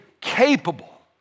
capable